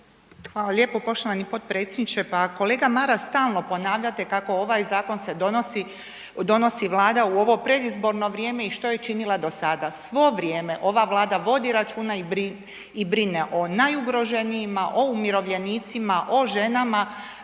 Hvala lijepo poštovani potpredsjedniče. Pa kolega Maras, stalno ponavljate kako ovaj zakon se donosi, donosi Vlada u ovo predizborno vrijeme i što je činila do sada. Svo vrijeme ova Vlada vodi računa i brine o najugroženijima, o umirovljenicima, o ženama,